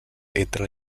entra